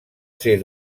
ser